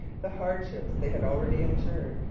the hardships they had already endured,